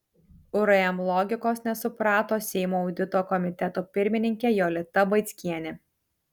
urm logikos nesuprato seimo audito komiteto pirmininkė jolita vaickienė